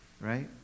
right